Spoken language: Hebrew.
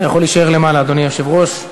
אתה יכול להישאר למעלה, אדוני היושב-ראש.